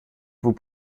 vous